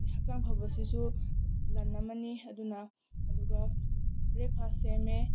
ꯍꯛꯆꯥꯡ ꯐꯕꯁꯤꯁꯨ ꯂꯟ ꯑꯃꯅꯤ ꯑꯗꯨꯅ ꯑꯗꯨꯒ ꯕ꯭ꯔꯦꯛꯐꯥꯁ ꯁꯦꯝꯃꯦ